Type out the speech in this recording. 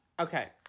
Okay